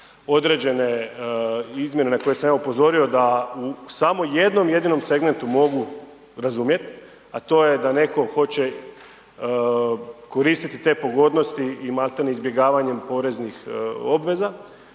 određene izmjene na koje sam ja upozorio da u samo jednom jedinom segmentu mogu razumjet a to je da netko hoće koristiti te pogodnosti i malti ne izbjegavanjem poreznih obveza,